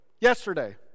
Yesterday